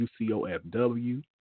UCOFW